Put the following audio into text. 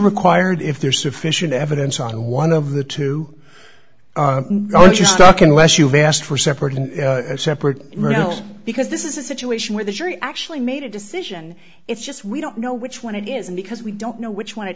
required if there's sufficient evidence on one of the two stuck unless you've asked for separate and separate real because this is a situation where the jury actually made a decision it's just we don't know which one it is because we don't know which one it